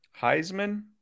Heisman